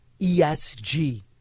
ESG